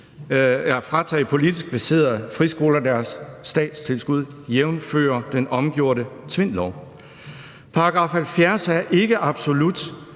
at fratage politisk baserede friskoler deres statstilskud jævnfør den omgjorte Tvindlov. § 70 er ikke absolut,